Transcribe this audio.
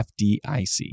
FDIC